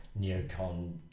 neocon